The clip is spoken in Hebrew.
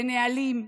בנהלים,